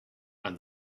and